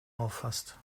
auffasst